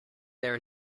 there